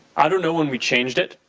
ah you know when we changed it.